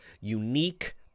unique